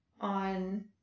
on